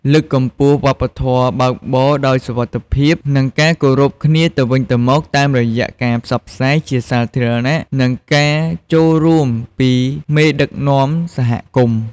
លើកកម្ពស់ វប្បធម៌បើកបរដោយសុវត្ថិភាព និងការគោរពគ្នាទៅវិញទៅមក តាមរយៈការផ្សព្វផ្សាយជាសាធារណៈ និងការចូលរួមពីមេដឹកនាំសហគមន៍។